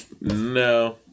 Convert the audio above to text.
No